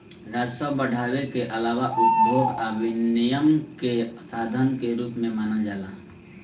राजस्व बढ़ावे के आलावा उपभोग आ विनियम के साधन के रूप में मानल जाला